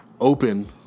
open